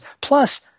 Plus